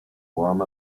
warm